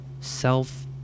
self